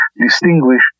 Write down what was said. distinguish